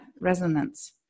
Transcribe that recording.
Resonance